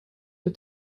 der